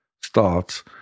starts